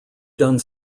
done